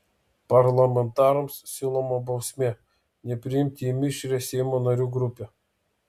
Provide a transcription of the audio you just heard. parlamentarams siūloma bausmė nepriimti į mišrią seimo narių grupę